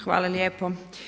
Hvala lijepo.